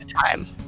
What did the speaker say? time